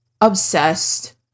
obsessed